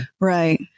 Right